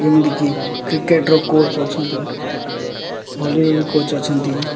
ଯେମିତିକି କ୍ରିକେଟ୍ର କୋଚ୍ ଅଛନ୍ତି ଭଲିର ବି କୋଚ୍ ଅଛନ୍ତି